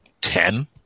Ten